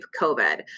COVID